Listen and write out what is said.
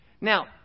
Now